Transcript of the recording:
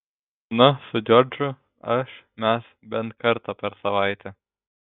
na su džordžu aš mes bent kartą per savaitę